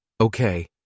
Okay